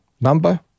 number